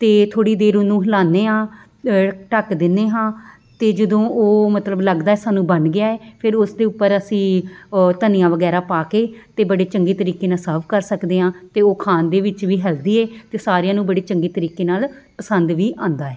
ਅਤੇ ਥੋੜ੍ਹੀ ਦੇਰ ਉਹਨੂੰ ਹਿਲਾਉਂਦੇ ਹਾਂ ਢੱਕ ਦਿੰਦੇ ਹਾਂ ਅਤੇ ਜਦੋਂ ਉਹ ਮਤਲਬ ਲੱਗਦਾ ਸਾਨੂੰ ਬਣ ਗਿਆ ਹੈ ਫਿਰ ਉਸ ਦੇ ਉੱਪਰ ਅਸੀਂ ਧਨੀਆ ਵਗੈਰਾ ਪਾ ਕੇ ਅਤੇ ਬੜੇ ਚੰਗੇ ਤਰੀਕੇ ਨਾਲ ਸਰਵ ਕਰ ਸਕਦੇ ਹਾਂ ਅਤੇ ਉਹ ਖਾਣ ਦੇ ਵਿੱਚ ਵੀ ਹੈਲਦੀ ਹੈ ਅਤੇ ਸਾਰਿਆਂ ਨੂੰ ਬੜੇ ਚੰਗੇ ਤਰੀਕੇ ਨਾਲ ਪਸੰਦ ਵੀ ਆਉਂਦਾ ਹੈ